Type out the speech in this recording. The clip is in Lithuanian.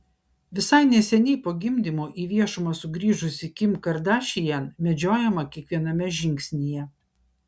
visai neseniai po gimdymo į viešumą sugrįžusi kim kardashian medžiojama kiekviename žingsnyje